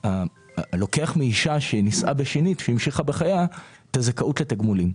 לוקח מאישה שנישאה בשנית והמשיכה בחייה את הזכאות לתגמולים.